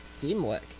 teamwork